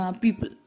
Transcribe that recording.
people